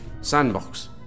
Sandbox